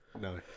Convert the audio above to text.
No